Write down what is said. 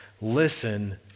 Listen